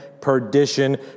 perdition